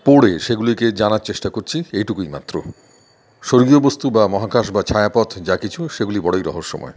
পড়ে সেইগুলিকে জানার চেষ্টা করছি এইটুকুই মাত্র স্বর্গীয় বস্তু বা মহাকাশ বা ছায়াপথ যা কিছু সেগুলি বড়ই রহস্যময়